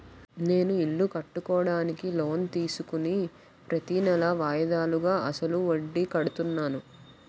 నేను ఇల్లు కట్టుకోడానికి లోన్ తీసుకుని ప్రతీనెలా వాయిదాలుగా అసలు వడ్డీ కడుతున్నాను